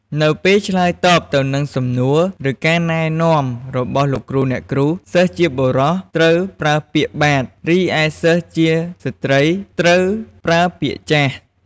នៅពេលឆ្លើយតបទៅនឹងសំណួរ ឬការណែនាំរបស់លោកគ្រូអ្នកគ្រូ សិស្សជាបុរសត្រូវប្រើពាក្យ "បាទ" រីឯសិស្សជាស្ត្រីត្រូវប្រើពាក្យ "ចាស"។